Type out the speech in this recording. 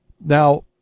Now